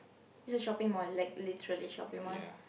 the shopping mall like literally shopping mall